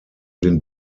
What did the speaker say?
den